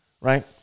right